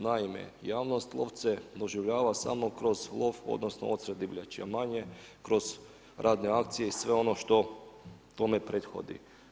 Naime, javnost lovce doživljava samo kroz lov, odnosno odstrjel divljači a manje kroz radne akcije i sve ono što tome prethodi.